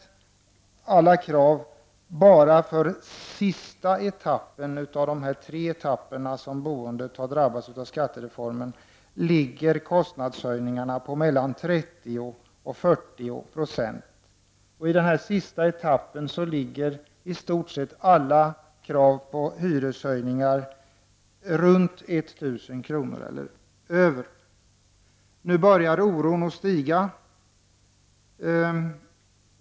I alla krav för bara den sista av de tre etapperna som boendet har drabbats av genom skattereformen ligger kostnadshöjningarna på mellan 30 och 40 %. I den sista etappen ligger i stort sett alla krav på hyreshöjningar runt 1 000 kr. eller däröver. Nu börjar oron att stiga.